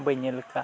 ᱵᱟᱹᱧ ᱧᱮᱞ ᱠᱟᱜᱼᱟ